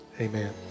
amen